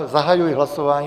Zahajuji hlasování.